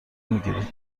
میگیرید